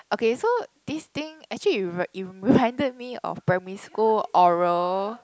okay so this thing actually it re~ it reminded me of primary school oral